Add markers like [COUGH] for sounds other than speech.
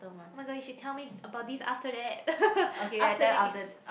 oh-my-god if she tell me about this after that [LAUGHS] after this